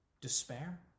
despair